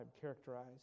characterized